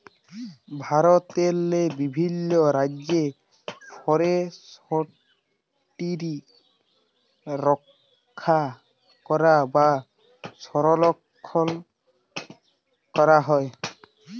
ভারতেরলে বিভিল্ল রাজ্যে ফরেসটিরি রখ্যা ক্যরা বা সংরখ্খল ক্যরা হয়